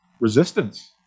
resistance